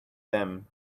them